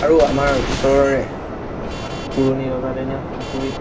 আৰু আমাৰ ওচৰৰে পুৰণি ৰজাদিনীয়া পুখুৰীত